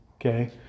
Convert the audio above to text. Okay